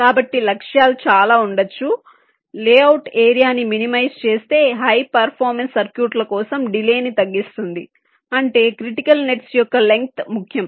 కాబట్టి లక్ష్యాలు చాలా ఉండవచ్చు లేఅవుట్ ఏరియా ని మినిమైజ్ చేస్తే హై పెర్ఫార్మన్స్ సర్క్యూట్ల కోసం డిలే ని తగ్గిస్తుంది అంటే క్రిటికల్ నెట్స్ యొక్క లెంగ్త్ ముఖ్యం